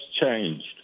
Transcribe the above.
changed